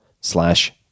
slash